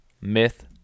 Myth